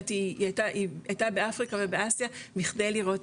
היא הייתה באפריקה ובאסיה בכדי לראות